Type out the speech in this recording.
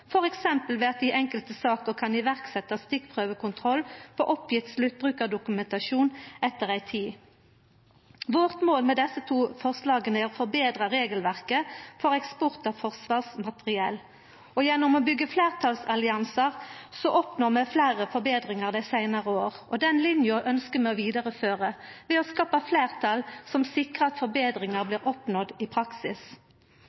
ved at det i enkelte saker kan iverksettes stikkprøvekontroll på oppgitt sluttbrukerdokumentasjon etter en tid.» Målet vårt med desse to forslaga er å forbetra regelverket for eksport av forsvarsmateriell. Gjennom å byggja fleirtalsalliansar dei seinare åra oppnår vi fleire forbetringar, og den linja ønskjer vi å vidareføra ved å skapa fleirtal som sikrar at